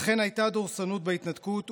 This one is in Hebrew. אכן הייתה דורסנות בהתנתקות,